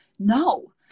No